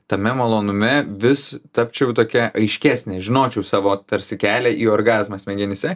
tame malonume vis tapčiau tokia aiškesnė žinočiau savo tarsi kelią į orgazmą smegenyse